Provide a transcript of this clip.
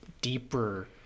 deeper